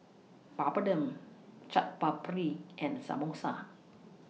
Papadum Chaat Papri and Samosa